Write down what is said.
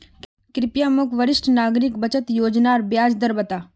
कृप्या मोक वरिष्ठ नागरिक बचत योज्नार ब्याज दर बता